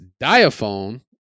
Diaphone